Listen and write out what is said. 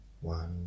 one